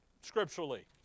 scripturally